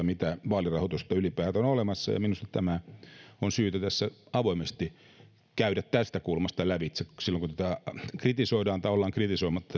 mitä ylipäätään on olemassa ja minusta tämä on syytä avoimesti käydä tästä kulmasta lävitse silloin kun tätä aloitetta kritisoidaan tai ollaan kritisoimatta